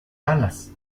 alas